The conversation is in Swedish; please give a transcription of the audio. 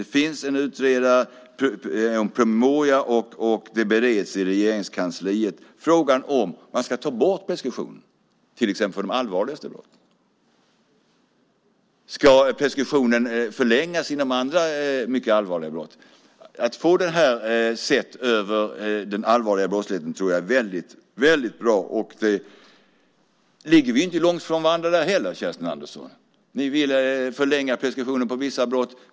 Det finns en promemoria och frågan bereds i Regeringskansliet om man ska ta bort preskriptionen för de allvarligaste brotten till exempel. Ska preskriptionen förlängas för andra mycket allvarliga brott? Att se över detta när det gäller den allvarliga brottsligheten tror jag är väldigt bra. Vi står inte så långt från varandra där heller, Kerstin Andersson. Ni ville förlänga preskriptionen på vissa brott.